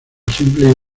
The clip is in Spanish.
simple